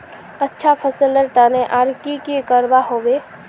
अच्छा फसलेर तने आर की की करवा होबे?